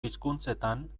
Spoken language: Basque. hizkuntzetan